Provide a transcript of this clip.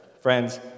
Friends